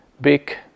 big